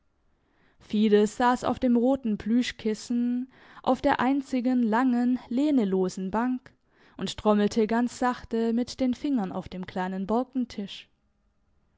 fides sass auf dem roten plüschkissen auf der einzigen langen lehnelosen bank und trommelte ganz sachte mit den fingern auf dem kleinen borkentisch